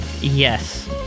yes